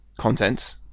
contents